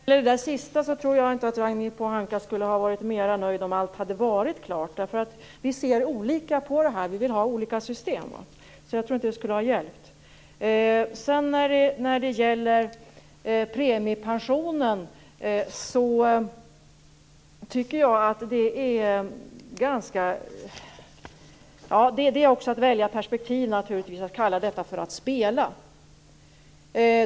Fru talman! Vad gäller det sista tror jag inte att Ragnhild Pohanka hade varit mer nöjd om allting hade varit klart. Vi ser olika på detta. Vi vill ha olika system. Jag tror därför inte att det skulle ha hjälpt. När det gäller premiepensionen är det också att välja perspektiv att kalla det för att spela.